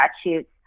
statutes